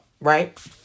right